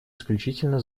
исключительно